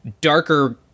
darker